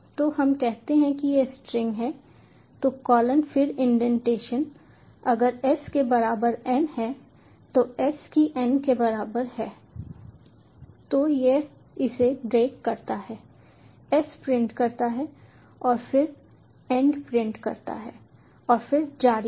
तो हम कहते हैं कि यह स्ट्रिंग है तो कॉलन फिर इंडेंटेशन अगर s के बराबर n है तो s की n के बराबर है तो यह इसे ब्रेक करता है s प्रिंट करता है और फिर एंड प्रिंट करता है और फिर जारी रहता है